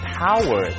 power